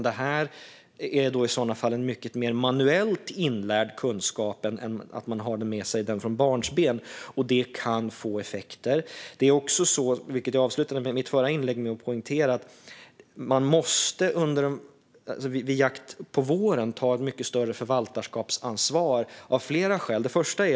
Detta är i sådana fall en mycket mer manuellt inlärd kunskap än sådan som man har med sig från barnsben, och detta kan få effekter. Det är också så, vilket jag avslutade mitt förra inlägg med att poängtera, att man vid jakt på våren måste ta ett mycket större förvaltarskapsansvar. Det finns flera skäl till detta.